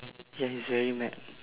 ya he's very mad